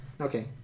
Okay